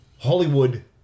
Hollywood